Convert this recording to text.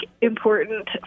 important